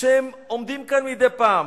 שעומדים כאן מדי פעם,